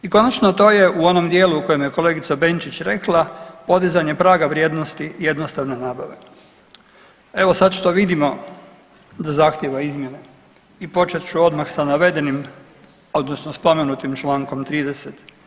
I konačno to je u onom dijelu u kojem je kolegica Benčić rekla podizanje praga vrijednosti jednostavne nabave, evo sad što vidimo da zahtjeva izmjene i počet ću odmah sa navedenim odnosno spomenutim čl. 30.